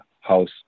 House